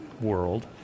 world